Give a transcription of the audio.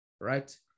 Right